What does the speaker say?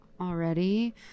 already